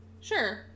Sure